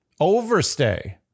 Overstay